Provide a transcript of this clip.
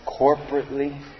corporately